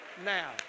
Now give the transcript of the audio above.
Now